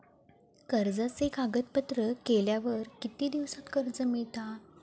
कर्जाचे कागदपत्र केल्यावर किती दिवसात कर्ज मिळता?